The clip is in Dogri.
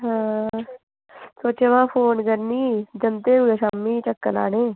सोचे दा हा फोन करनी जंदे हे कुदै शामीं कुदै चक्कर लाने गी